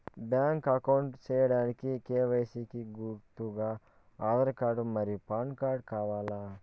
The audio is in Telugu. బ్యాంక్ అకౌంట్ సేయడానికి కె.వై.సి కి గుర్తుగా ఆధార్ కార్డ్ మరియు పాన్ కార్డ్ కావాలా?